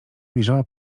wyjrzała